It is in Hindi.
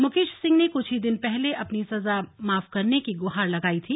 मुकेश सिंह ने कुछ ही दिन पहले अपनी सजा माफ करने की गुहार लगाई थी